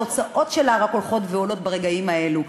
שההוצאות שלה רק הולכות ועולות ברגעים האלה.